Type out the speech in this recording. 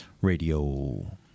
Radio